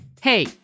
Hey